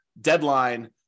deadline